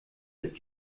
ist